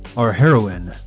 our heroine,